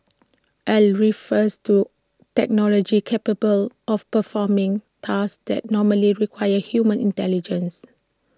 al refers to technology capable of performing tasks that normally require human intelligence